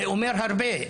זה אומר הרבה.